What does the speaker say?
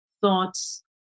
Thoughts